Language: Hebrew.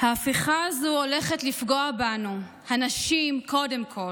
ההפיכה הזו הולכת לפגוע בנו, הנשים, קודם כול.